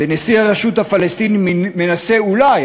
ונשיא הרשות הפלסטינית מנסה אולי,